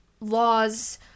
laws